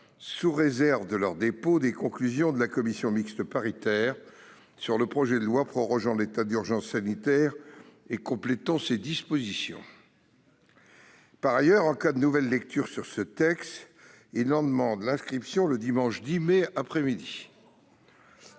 sous réserve de leur dépôt, des conclusions de la commission mixte paritaire sur le projet de loi prorogeant l'état d'urgence sanitaire et complétant ses dispositions. Par ailleurs, en cas de nouvelle lecture de ce texte, il en demande l'inscription le dimanche 10 mai après-midi.